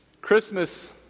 Christmas